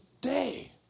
day